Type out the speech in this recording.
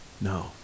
No